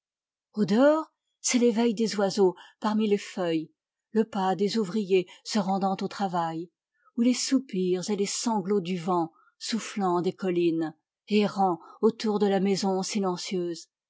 dehors c'est l'éveil des oiseaux parmi les feuilles le pas des ouvriers se rendant au travail ou les soupirs et les sanglots du vent soufflant des collines errant autour de la maison silencieuse